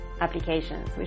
applications